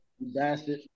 Bastard